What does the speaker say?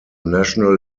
national